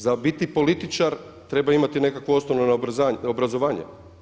Za biti političar treba imati nekakvo osnovno obrazovanje.